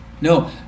No